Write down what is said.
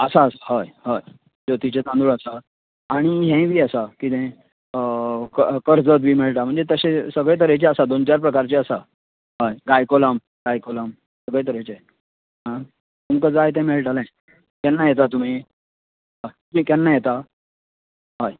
आसा आस् हय हय ज्योतीचे तांदूळ आसा आणी हेय बी आसा किदे क् कर्ज बी मेळटा म्हणजे तशे सगळे तरेचे आसा दोन चार प्रकारचे आसा हय गायकोलम गायकोलम सगळे तरेचे आं तुमका जाय ते मेळटा केन्ना येता तुमी तुमी केन्ना योता हय